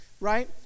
Right